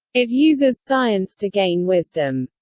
it uses science to gain wisdom.